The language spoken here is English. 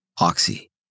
Oxy